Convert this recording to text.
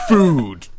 Food